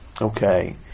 Okay